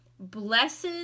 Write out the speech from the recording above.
Blessed